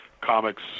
comics